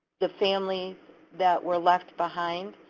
the families that were left behind,